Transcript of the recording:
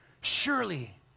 surely